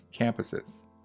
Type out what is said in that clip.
campuses